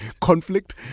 conflict